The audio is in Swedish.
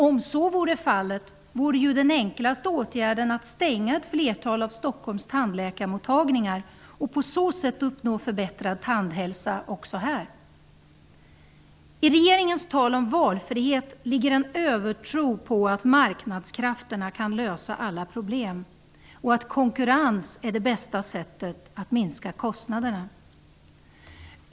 Om så vore fallet vore ju den enklaste åtgärden att stänga ett flertal av Stockholms tandläkarmottagningar och på så sätt uppnå förbättrad tandhälsa också här. I regeringens tal om valfrihet ligger en övertro på att marknadskrafterna kan lösa alla problem och att konkurrens är det bästa sättet att minska kostnaderna.